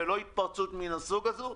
ולא התפרצות מן הסוג הזה.